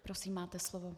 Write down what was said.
Prosím, máte slovo.